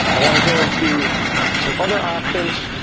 i want to go into some other options,